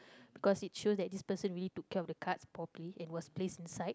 because it shows that this person really took care of the cards properly it was placed inside